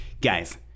guys